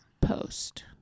post